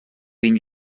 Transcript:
vint